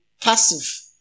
passive